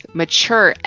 mature